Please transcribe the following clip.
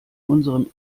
unserem